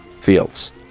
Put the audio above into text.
fields